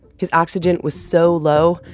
his oxygen was so low,